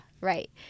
Right